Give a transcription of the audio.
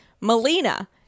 Melina